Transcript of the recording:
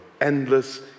endless